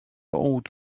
old